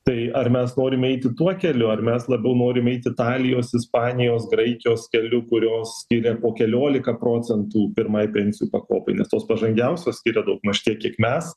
tai ar mes norim eiti tuo keliu ar mes labiau norim eit italijos ispanijos graikijos keliu kurios skiria po keliolika procentų pirmai pensijų pakopai nes tos pažangiausios skiria daugmaž tiek kiek mes